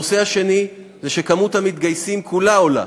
הנושא השני הוא שמספר המתגייסים הכולל עולה.